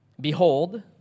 behold